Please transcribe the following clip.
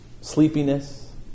sleepiness